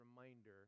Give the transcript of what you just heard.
reminder